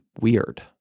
weird